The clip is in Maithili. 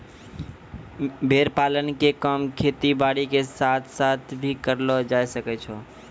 भेड़ पालन के काम खेती बारी के साथ साथ भी करलो जायल सकै छो